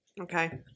Okay